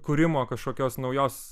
kūrimo kažkokios naujos